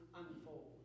unfold